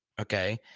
Okay